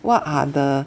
what are the